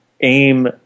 aim